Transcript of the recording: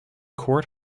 court